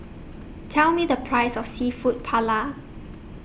Tell Me The Price of Seafood Paella